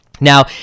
Now